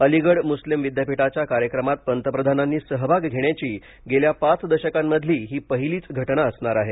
Aligarh Muslim विद्यापीठाच्या कार्यक्रमात पंतप्रधानांनी सहभाग घेण्याची गेल्या पाच दशकांमधली ही पहिलीच घटना असणार आहे